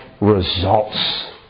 results